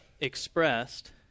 expressed